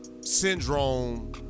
syndrome